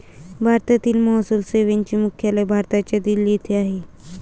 भारतीय महसूल सेवेचे मुख्यालय भारताच्या दिल्ली येथे आहे